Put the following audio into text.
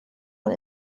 und